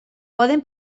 poden